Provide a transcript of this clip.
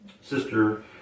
Sister